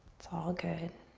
it's all good.